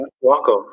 welcome